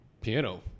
piano